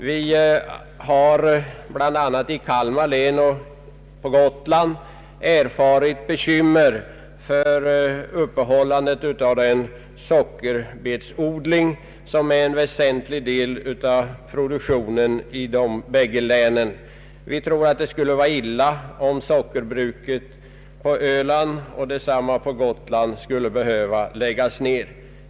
Det har bl.a. i Kalmar län och på Gotland uttalats bekymmer för upprätthållandet av den sockerbetsodling som är en väsentlig del av produktionen i de bägge länen. Vi tror att det skulle vara illa om sockerbruken på Öland och på Gotland skulle behöva läggas ned.